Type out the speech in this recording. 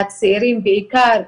הצעירים בעיקר,